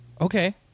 Okay